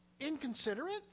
inconsiderate